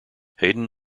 hayden